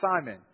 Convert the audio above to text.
Simon